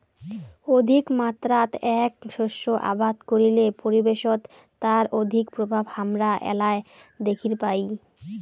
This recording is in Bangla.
অধিকমাত্রাত এ্যাক শস্য আবাদ করিলে পরিবেশত তার অধিক প্রভাব হামরা এ্যালায় দ্যাখির পাই